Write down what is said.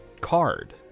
card